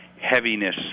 heaviness